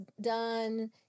done